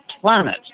planet